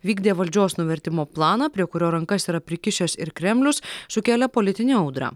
vykdė valdžios nuvertimo planą prie kurio rankas yra prikišęs ir kremlius sukėlė politinę audrą